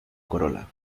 corola